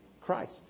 Christ